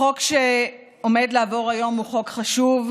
החוק שעומד לעבור היום הוא חוק חשוב.